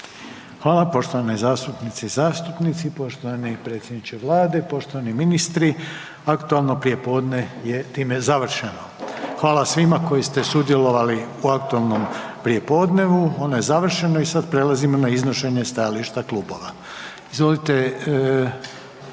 Hvala poštovane zastupnice i zastupnici. Poštovani predsjedniče Vlade, poštovani ministri. Aktualno prijepodne je time završeno. Hvala svima koji ste sudjelovali u aktualnom prijepodnevu, ono je završeno